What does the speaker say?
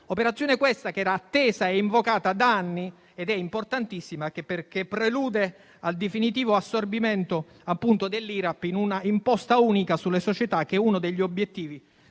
operazione - questa - che era attesa e invocata da anni, ed è importantissima perché prelude al definitivo assorbimento dell'IRAP in un'imposta unica sulle società, che è uno degli obiettivi